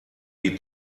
die